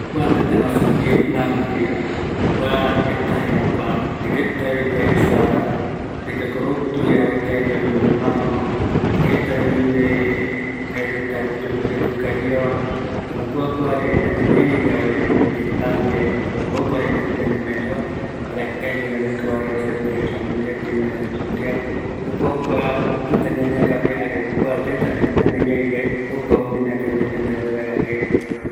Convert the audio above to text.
Vietnam, jeta yeye jëräküa ñorärö iyipi, jare mokoïa ñorärö regua, kuarupi jeta yaikua, jare oïmeko aipo jeko reta opa oyoavɨavɨ, arakae guive kua reta oiko kua ñorärö rupi, yaesa ramboeve oïmeko aipo oyovakeamea jeko reta